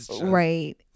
Right